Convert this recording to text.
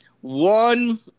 one